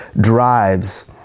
drives